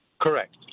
Correct